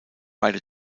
beide